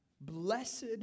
Blessed